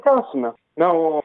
tęsime na o